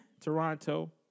Toronto